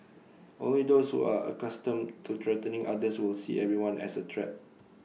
only those who are accustomed to threatening others will see everyone as A threat